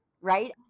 Right